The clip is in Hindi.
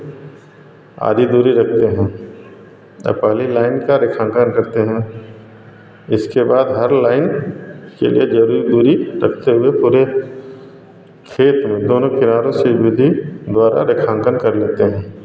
आधी दूरी रखते हैं आ पहली लाइन का रेखांकन करते हैं इसके बाद हर लाइन के लिए ज़रूरी दूरी रखते हुए पूरे खेल में दोनों किनारों से विधी द्वारा रेखांकन कर लेते हैं